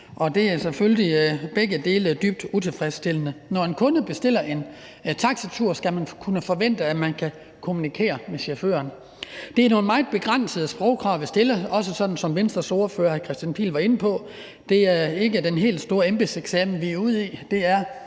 Det er selvfølgelig dybt utilfredsstillende. Når en kunde bestiller en taxatur, skal man kunne forvente, at man kan kommunikere med chaufføren. Det er nogle meget begrænsede sprogkrav, vi stiller, som Venstres ordfører, hr. Kristian Pihl Lorentzen, også var inde på. Det er ikke den helt store embedseksamen, vi er ude i